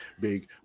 Big